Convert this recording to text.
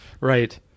Right